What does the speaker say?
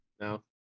No